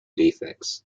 defects